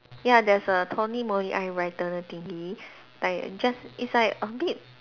ya there's a Tony Moly eye brightener thingy like just it's like a bit